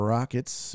Rockets